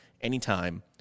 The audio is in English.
anytime